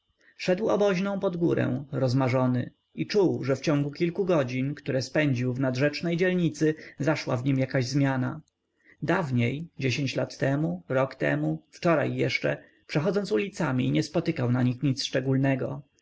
szedł oboźną pod górę rozmarzony i czuł że w ciągu kilku godzin które spędził w nadrzecznej dzielnicy zaszła w nim jakaś zmiana dawniej dziesięć lat temu rok temu wczoraj jeszcze przechodząc ulicami nie spotykał na nich nic szczególnego